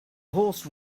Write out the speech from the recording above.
horse